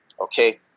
Okay